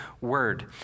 word